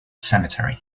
cemetery